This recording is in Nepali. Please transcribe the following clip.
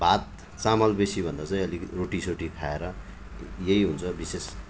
भात चामल बेसीभन्दा चाहिँ अलिक रोटिसोटी खाएर यही हुन्छ विशेष